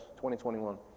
2021